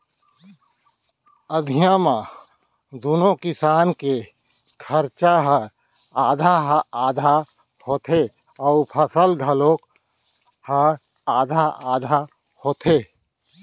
अधिया म दूनो किसान के खरचा ह आधा आधा होथे अउ फसल घलौक ह आधा आधा होथे